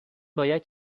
باید